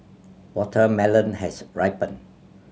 watermelon has ripened